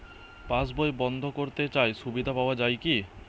পাশ বই বন্দ করতে চাই সুবিধা পাওয়া যায় কি?